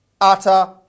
utter